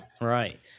Right